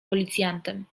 policjantem